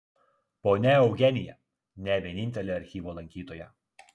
ponia eugenija ne vienintelė archyvo lankytoja